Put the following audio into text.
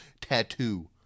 tattoo